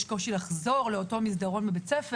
יש קושי לחזור לאותו מסדרון בבית הספר